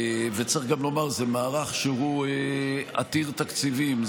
צריך גם לומר שזהו מערך עתיר תקציבים,